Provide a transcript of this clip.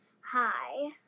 Hi